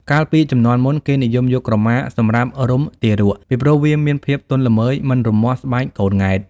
កាលពីជំនាន់មុន គេនិយមយកក្រមាសម្រាប់រុំទារក ពីព្រោះវាមានភាពទន់ល្មើយ មិនរមាស់ស្បែកកូនង៉ែត។